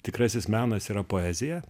tikrasis menas yra poezija